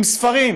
עם ספרים